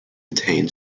attain